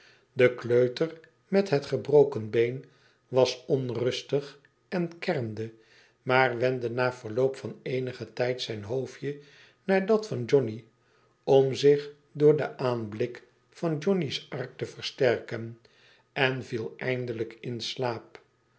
de kleuter met het gebroken been was onrustig en kermde maar wendde na verloop van eenigen tijd zijn hoofdje naar dat van johnny om zich door den aanblik van johnny's ark te versterken en viel eindelijk in slaap